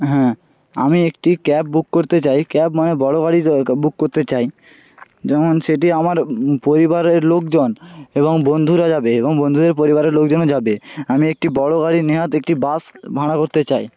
হ্যাঁ আমি একটি ক্যাব বুক করতে চাই ক্যাব মানে বড় গাড়ি বুক করতে চাই যেমন সেটি আমার পরিবারের লোকজন এবং বন্ধুরা যাবে এবং বন্ধুদের পরিবারের লোকজনও যাবে আমি একটি বড় গাড়ি নেহাত একটি বাস ভাড়া করতে চাই